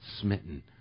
smitten